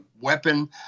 weapon